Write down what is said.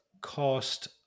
cost